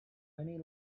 many